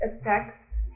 effects